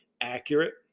accurate